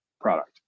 product